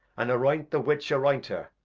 and arroynt the witch arroynt her.